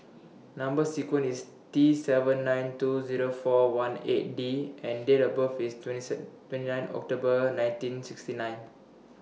Number sequence IS T seven nine two Zero four one eight D and Date of birth IS twenty sad twenty nine October nineteen sixty nine